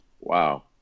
Wow